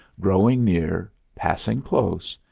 growing near, passing close,